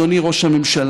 אדוני ראש הממשלה: